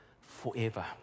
forever